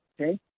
okay